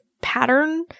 pattern